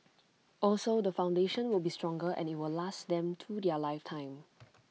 also the foundation will be stronger and IT will last them through their lifetime